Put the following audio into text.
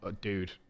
dude